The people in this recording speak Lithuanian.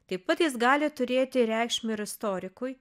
taip pat jis gali turėti reikšmę ir istorikui